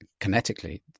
kinetically